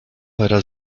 weiter